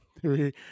three